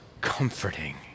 comforting